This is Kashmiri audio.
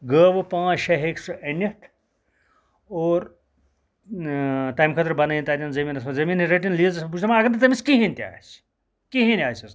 گٲوٕ پانٛژھ شیٚے ہیٚکہِ سُہ أنِتھ اور تمہٕ خٲطرٕ بَنٲیِن تَتٮ۪ن زمیٖنَس مَنٛز زمیٖن رٔٹِن لیٖزَس بہٕ چھُس دَپان اَگَر نہٕ تٔمِس کِہیٖنۍ تہٕ آسہٕ کہیٖنۍ آسیٚس نہٕ